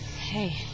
Hey